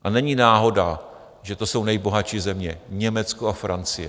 A není náhoda, že to jsou nejbohatší země Německo a Francie.